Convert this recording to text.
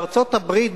בארצות-הברית,